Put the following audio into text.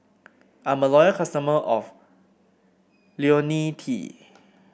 I'm a loyal customer of IoniL T